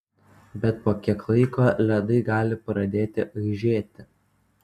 bet po kiek laiko ledai gali pradėti aižėti